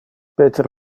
peter